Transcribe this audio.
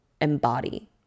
embody